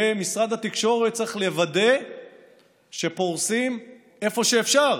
ומשרד התקשורת צריך לוודא שפורסים תשתיות איפה שאפשר.